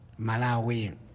Malawi